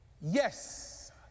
Yes